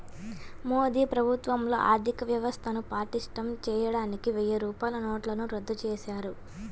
మోదీ ప్రభుత్వంలో ఆర్ధికవ్యవస్థను పటిష్టం చేయడానికి వెయ్యి రూపాయల నోట్లను రద్దు చేశారు